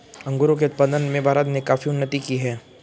अंगूरों के उत्पादन में भारत ने काफी उन्नति की है